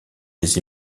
des